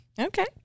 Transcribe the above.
Okay